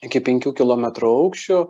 iki penkių kilometrų aukščio